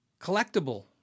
collectible